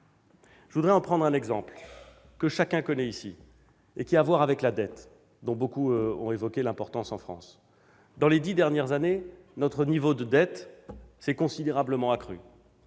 Je voudrais en prendre un exemple que chacun connaît ici et qui a trait à la dette, dont plusieurs d'entre vous ont évoqué l'importance en France. Au cours des dix dernières années, notre niveau de dette s'est considérablement accru.